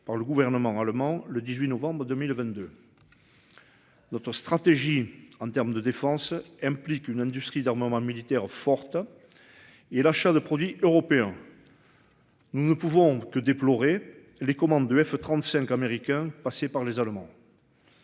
par le gouvernement allemand le 18 novembre 2022.-- Notre stratégie en termes de défense implique une industrie d'armement militaire forte. Et l'achat de produits européens. Nous ne pouvons que déplorer les commandes de F-35 américain passer par les Allemands.--